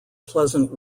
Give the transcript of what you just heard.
pleasant